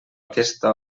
aquesta